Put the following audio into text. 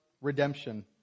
redemption